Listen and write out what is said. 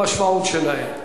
המשמעות שלהם.